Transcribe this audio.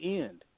end